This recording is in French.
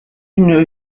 une